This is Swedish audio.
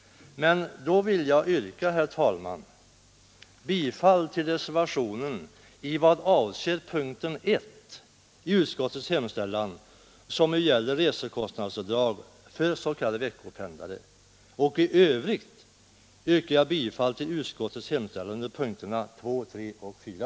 Men då vill jag, herr talman, yrka bifall till reservationen i vad avser punkten 1 i utskottets hemställan, som gäller resekostnadsavdrag för s.k. veckopendlare. I övrigt yrkar jag bifall till utskottets hemställan under punkterna 2, 3 och 4.